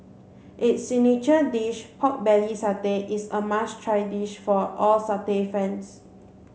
its signature dish pork belly satay is a must try dish for all satay fans